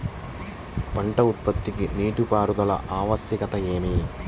పంట ఉత్పత్తికి నీటిపారుదల ఆవశ్యకత ఏమి?